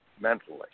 mentally